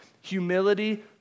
Humility